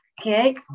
Okay